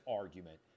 argument